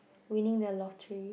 winning the lottery